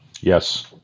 yes